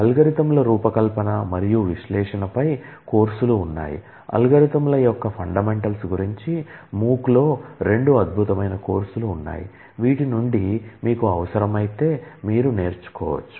అల్గోరిథంల గురించి MOOC లో రెండు అద్భుతమైన కోర్సులు ఉన్నాయి వీటి నుండి మీకు అవసరమైతే మీరు నేర్చుకోవచ్చు